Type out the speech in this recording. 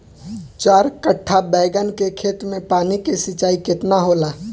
चार कट्ठा बैंगन के खेत में पानी के सिंचाई केतना होला?